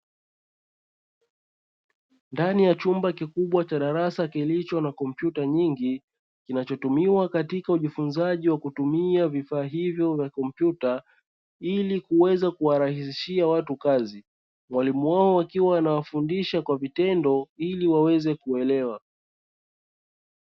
Ndani ya chumba kikubwa cha darasa kilicho na komputa nyingi, kinacho tumiwa katika ujifunzaji wa kutumia vifaa hivyo vya kompyuta ili kuweza kuwa rahisishia watu kazi. Walimu wao wakiwa wanawafundisha kwa vitendo ili waweze kuelewa.